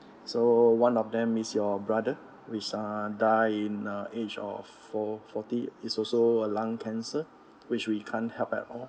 so one of them is your brother which uh die in the age of four forty is also a lung cancer which we can't help at all